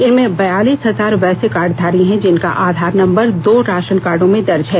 इनमें बयालीस हजार वैसे कार्डघारी हैं जिनका आधार नंबर दो राशन कार्डो में दर्ज है